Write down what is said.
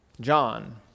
John